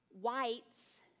whites